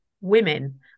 women